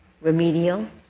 remedial